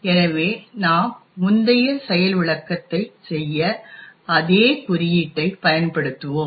எனவே நாம் முந்தைய செயல் விளக்கத்தை செய்ய அதே குறியீட்டைப் பயன்படுத்துவோம்